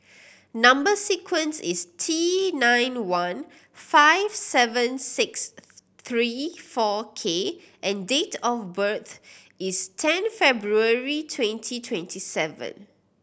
number sequence is T nine one five seven six three four K and date of birth is ten February twenty twenty seven